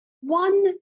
One